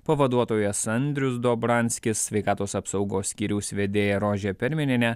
pavaduotojas andrius dobranskis sveikatos apsaugos skyriaus vedėja rožė perminienė